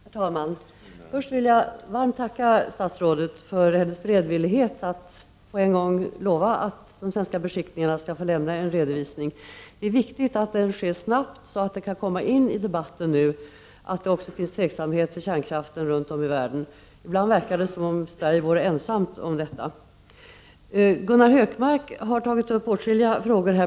Herr talman! Först vill jag varmt tacka statsrådet för hennes beredvillighet att på en gång lova att de svenska beskickningarna skall få lämna en redovisning. Det är viktigt att det sker snabbt, så att det faktum att det råder tveksamhet om kärnkraften också runt om i världen nu kan föras in i debatten. Ibland verkar det som om Sverige vore ensamt om detta. Gunnar Hökmark har här tagit upp åtskilliga frågor.